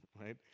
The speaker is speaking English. Right